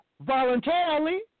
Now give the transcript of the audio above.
voluntarily